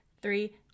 three